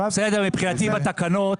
בסדר, מבחינתי בתקנות,